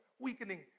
weakening